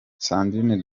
sandrine